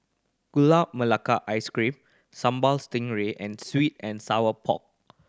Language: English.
Gula Melaka Ice Cream Sambal Stingray and sweet and sour pork